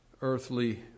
earthly